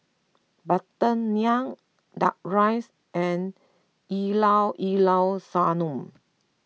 Butter Naan Duck Rice and Llao Llao Sanum